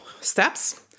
steps